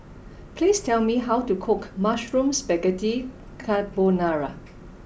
please tell me how to cook Mushroom Spaghetti Carbonara